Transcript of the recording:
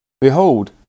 Behold